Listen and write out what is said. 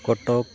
ᱠᱚᱴᱚᱠ